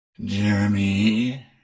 Jeremy